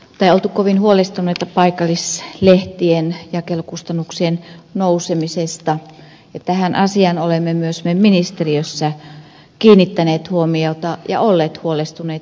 täällä on oltu kovin huolestuneita paikallislehtien jakelukustannuksien nousemisesta ja tähän asiaan olemme myös me ministeriössä kiinnittäneet huomiota ja olleet huolestuneita